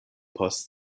post